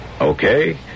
Okay